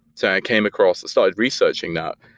so i came across i started researching that,